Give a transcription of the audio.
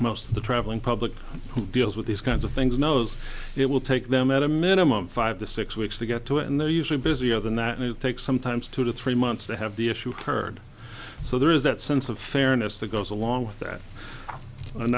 most of the traveling public deals with these kinds of things knows it will take them at a minimum five to six weeks to get to it and they're usually busier than that and it takes sometimes two to three months to have the issue heard so there is that sense of fairness that goes along with that and